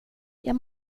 jag